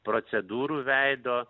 procedūrų veido